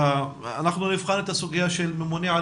אנחנו נבחן את הסוגיה של ממונה על